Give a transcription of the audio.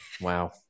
Wow